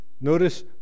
Notice